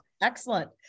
Excellent